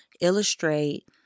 illustrate